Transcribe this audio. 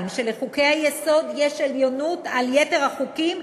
שלחוקי-היסוד יש עליונות על יתר החוקים,